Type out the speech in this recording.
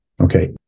okay